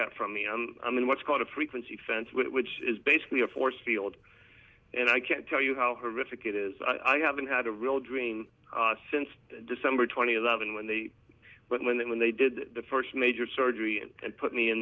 that from me and i'm in what's called a frequency fence which is basically a force field and i can't tell you how horrific it is i haven't had a real dream since december twentieth eleven when they when they when they did the first major surgery and put me in